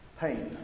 pain